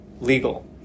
legal